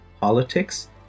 Politics